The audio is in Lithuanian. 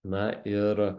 na ir